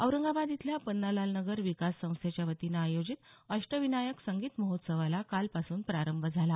औरंगाबाद इथल्या पन्नालाल नगर विकास संस्थेच्या वतीनं आयोजित अष्टविनायक संगीत महोत्सवाला कालपासून प्रारंभ झाला